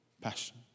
passion